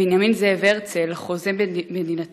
בנימין זאב הרצל, חוזה מדינתנו,